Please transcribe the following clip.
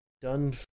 done